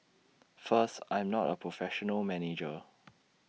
first I'm not A professional manager